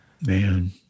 Man